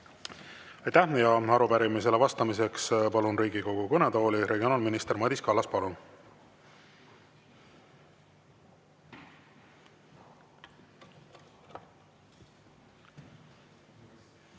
Aitäh! Arupärimisele vastamiseks palun Riigikogu kõnetooli regionaalminister Madis Kallase. Palun!